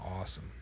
awesome